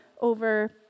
over